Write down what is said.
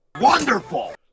Wonderful